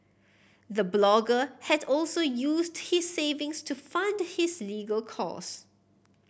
the blogger had also used his savings to fund his legal cost